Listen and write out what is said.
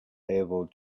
able